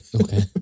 Okay